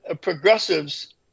progressives